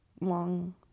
long